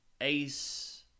Ace